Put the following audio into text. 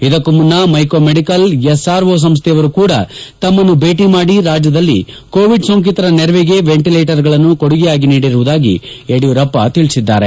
ಇದಕ್ಕೂ ಮುನ್ನ Mico medical SRO ಸಂಸ್ಥೆಯವರು ಕೂಡ ತಮ್ಮನ್ನು ಭೇಟಿ ಮಾಡಿ ರಾಜ್ಯದಲ್ಲಿ ಕೋವಿಡ್ ಸೋಂಕಿತರ ನೆರವಿಗೆ ವೆಂಟಲೇಟರ್ಗಳನ್ನು ಕೊಡುಗೆಯಾಗಿ ನೀಡಿರುವುದಾಗಿ ಯಡಿಯೂರಪ್ಪ ತಿಳಿಸಿದ್ದಾರೆ